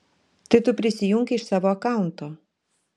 tai tu prisijunk iš savo akaunto